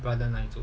brother 那一组